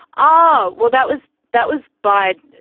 oh, well that was, that was by,